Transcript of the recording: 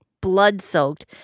Blood-soaked